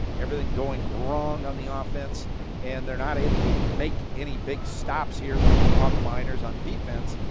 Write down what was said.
everything going wrong on the ah offense and they are not able to make any big stops here on the miners on defense.